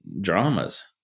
dramas